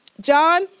John